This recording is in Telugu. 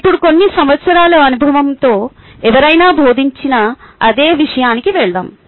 ఇప్పుడు కొన్ని సంవత్సరాల అనుభవంతో ఎవరైనా బోధించిన అదే విషయానికి వెళ్దాం